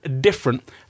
different